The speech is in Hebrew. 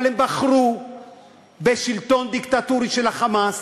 אבל הם בחרו בשלטון דיקטטורי של ה"חמאס",